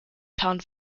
pound